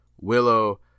Willow